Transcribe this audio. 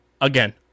again